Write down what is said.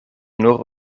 nur